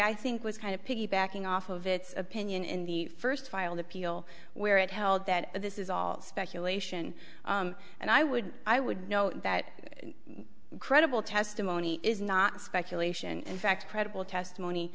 i think was kind of piggybacking off of its opinion in the first filed appeal where it held that this is all speculation and i would i would note that credible testimony is not speculation and fact credible testimony